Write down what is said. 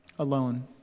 Alone